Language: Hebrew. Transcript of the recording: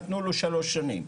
נתנו לו שלוש שנים.